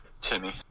Timmy